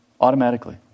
automatically